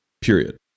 period